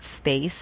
space